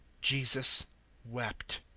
jesus wept.